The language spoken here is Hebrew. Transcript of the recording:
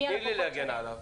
תני לי להגן עליו.